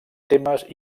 temes